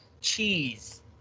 Cheese